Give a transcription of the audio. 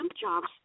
jobs